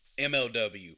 MLW